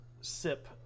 sip